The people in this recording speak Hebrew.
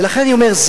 ולכן אני אומר,